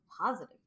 positive